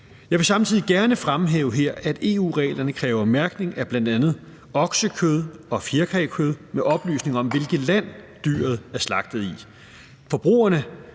Jeg vil samtidig gerne fremhæve her, at EU-reglerne kræver mærkning af bl.a. oksekød og fjerkrækød med oplysning om, hvilket land dyret er slagtet i. Forbrugerne